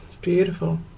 Beautiful